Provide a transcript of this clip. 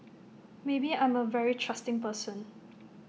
maybe I'm A very trusting person